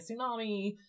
tsunami